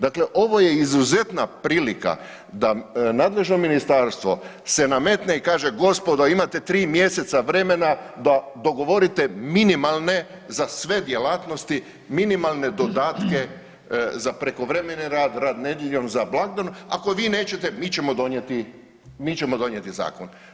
Dakle, ovo je izuzetna prilika da nadležno ministarstvo se nametne i kaže gospodo, imate 3 mjeseca vremena da dogovorite minimalne, za sve djelatnosti, minimalne dodatke za prekovremeni rad, rad nedjeljom, za blagdan, ako vi nećete, mi ćemo donijeti zakon.